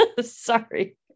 sorry